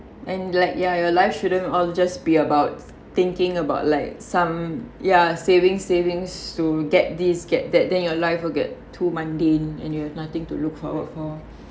and like ya your life shouldn't all just be about thinking about like some ya savings savings to get these get that then your life will get too mundane and you have nothing to look forward for